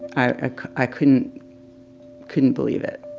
i ah i couldn't couldn't believe it.